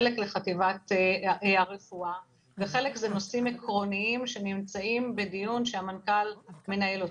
חלק לחטיבת הרפואה וחלק זה נושאים עקרוניים שנמצאים בדיון שהמנכ"ל מנהל.